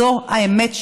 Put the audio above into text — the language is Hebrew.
זו האמת שלי.